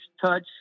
touch